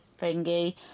thingy